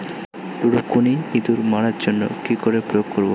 রুকুনি ইঁদুর মারার জন্য কি করে প্রয়োগ করব?